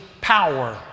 power